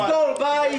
-- לשכור בית,